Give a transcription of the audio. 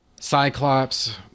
Cyclops